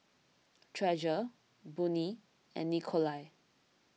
Treasure Boone and Nikolai